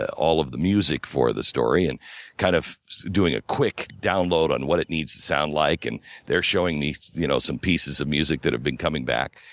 all of the music for the story, and kind of doing a quick download on what it needs to sound like. and they're showing me you know some pieces of music that have been coming back.